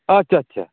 ᱟᱪᱪᱷᱟ ᱟᱪᱪᱷᱟ